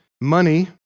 money